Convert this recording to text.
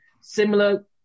similar